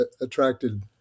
attracted